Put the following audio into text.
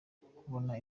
kubona